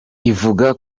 ivuga